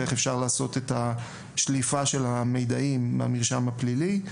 ואיך אפשר לעשות את השליפה של המידע מהמרשם הפלילי.